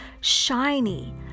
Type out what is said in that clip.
shiny